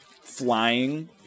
flying